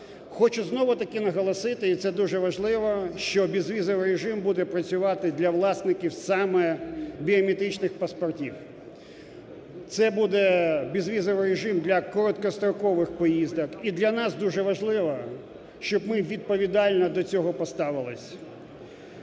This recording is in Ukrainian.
Хочу знову-таки наголосити, і це дуже важливо, що безвізовий режим буде працювати для власників саме біометричних паспортів. Це буде безвізовий режим для короткострокових поїздок. І для нас дуже важливо, щоб ми відповідально до цього поставились.